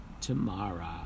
tomorrow